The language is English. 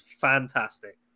fantastic